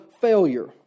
failure